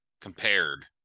compared